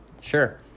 Sure